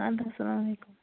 اَدٕ حظ سلامُ علیکُم